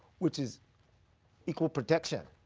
which is equal protection.